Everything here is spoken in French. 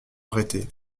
arrêter